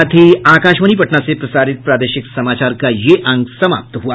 इसके साथ ही आकाशवाणी पटना से प्रसारित प्रादेशिक समाचार का ये अंक समाप्त हुआ